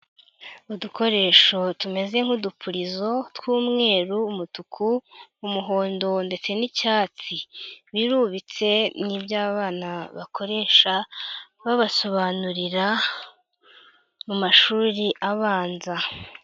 Udukoresho tumeze nk'udufurizo tw'umweru, umutuku, umuhondo ndetse n'icyatsi, birubitse ni ibyo abana bakoresha babasobanurira mu mashuri abanza.